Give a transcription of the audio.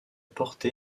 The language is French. porté